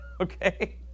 okay